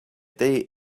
day